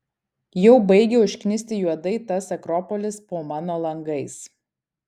jau baigia užknisti juodai tas akropolis po mano langais